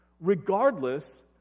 regardless